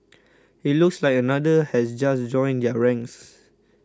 it looks like another has just joined their ranks